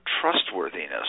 trustworthiness